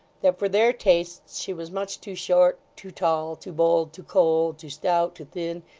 that for their tastes she was much too short, too tall, too bold, too cold, too stout, too thin,